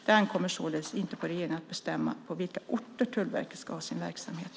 Det ankommer således inte på regeringen att bestämma på vilka orter Tullverket ska ha sin verksamhet.